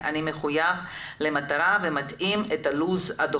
ואני חושבת שהרבה לפני שאנחנו מדברים על מה שקורה בחלוף 20 שנה והלאה,